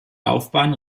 laufbahn